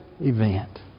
event